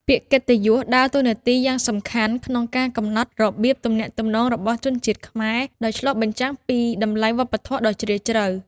ពាក្យកិត្តិយសដើរតួនាទីយ៉ាងសំខាន់ក្នុងការកំណត់របៀបទំនាក់ទំនងរបស់ជនជាតិខ្មែរ ដោយឆ្លុះបញ្ចាំងពីតម្លៃវប្បធម៌ដ៏ជ្រាលជ្រៅ។